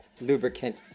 lubricant